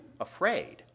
afraid